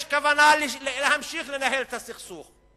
יש כוונה להמשיך לנהל את הסכסוך.